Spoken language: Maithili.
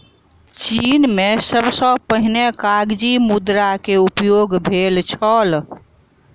चीन में सबसे पहिने कागज़ी मुद्रा के उपयोग भेल छल